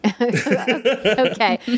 Okay